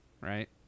right